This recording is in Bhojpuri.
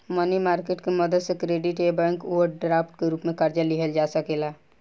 मनी मार्केट के मदद से क्रेडिट आ बैंक ओवरड्राफ्ट के रूप में कर्जा लिहल जा सकेला